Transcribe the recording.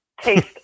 taste